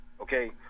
okay